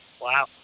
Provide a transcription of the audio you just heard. Wow